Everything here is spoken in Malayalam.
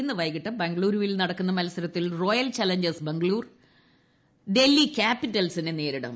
ഇന്ന് വൈകിട്ട് ബംഗ്ളൂരുവിൽ നടക്കുന്ന മത്സരത്തിൽ റോയൽ ചലഞ്ചേഴ്സ് ബംഗ്ളൂരു ഡൽഹി ക്യാപിറ്റൽസിനെ നേരിടും